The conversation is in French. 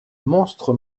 monstre